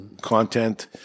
content